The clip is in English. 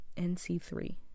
nc3